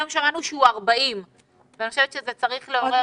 היום שמענו שהוא 40. אני חושבת שזה צריך לעורר